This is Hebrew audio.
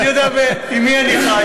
אני יודע עם מי אני חי,